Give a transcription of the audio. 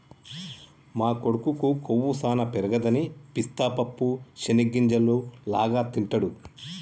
మా కొడుకు కొవ్వు సానా పెరగదని పిస్తా పప్పు చేనిగ్గింజల లాగా తింటిడు